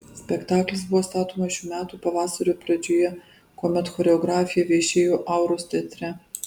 spektaklis buvo statomas šių metų pavasario pradžioje kuomet choreografė viešėjo auros teatre